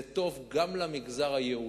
זה טוב גם למגזר היהודי.